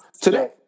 today